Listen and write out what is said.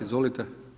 Izvolite.